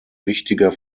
wichtiger